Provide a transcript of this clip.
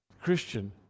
Christian